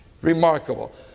Remarkable